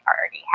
already